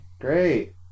Great